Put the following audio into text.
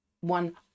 one